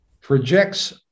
projects